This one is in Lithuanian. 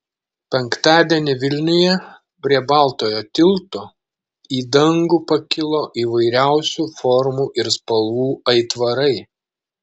penktadienį vilniuje prie baltojo tilto į dangų pakilo įvairiausių formų ir spalvų aitvarai